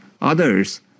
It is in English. others